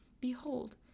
Behold